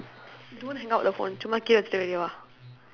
don't hang up the phone and stay where you are